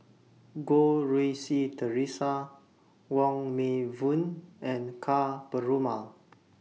Goh Rui Si Theresa Wong Meng Voon and Ka Perumal